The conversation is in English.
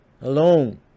Alone